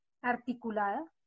articulada